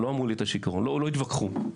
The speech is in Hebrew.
לא התווכחו,